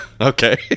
Okay